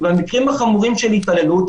והמקרים החמורים של התעללות,